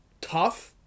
tough